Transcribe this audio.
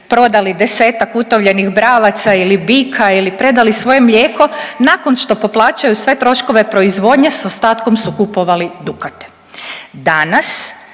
prodali desetak utovljenih bravaca ili bika ili predali svoje mlijeko nakon što poplaćaju sve troškove proizvodnje s ostatkom su kupovali dukate. Danas